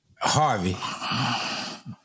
Harvey